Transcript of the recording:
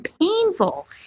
painful